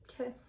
Okay